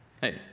Hey